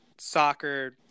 soccer